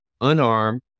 unarmed